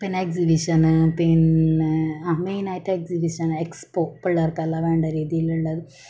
പിന്നെ എക്സിബിഷൻ പിന്നെ ആ മെയിൻ ആയിട്ട് എക്സിബിഷൻ ഏക്സ്പോ പിള്ളേർക്കെല്ലാം വേണ്ട രീതിയിലുള്ളത്